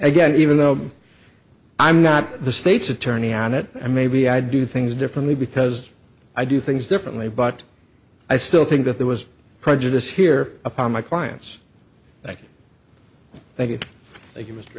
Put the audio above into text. again even though i'm not the state's attorney on it and maybe i do things differently because i do things differently but i still think that there was prejudice here upon my clients